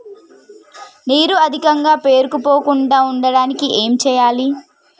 నీరు అధికంగా పేరుకుపోకుండా ఉండటానికి ఏం చేయాలి?